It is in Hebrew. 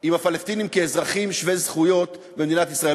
עם הפלסטינים כאזרחים שווי זכויות במדינת ישראל.